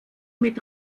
mit